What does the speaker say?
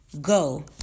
Go